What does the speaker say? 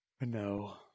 No